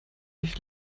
ich